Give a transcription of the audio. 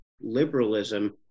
liberalism